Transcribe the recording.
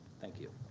thank you.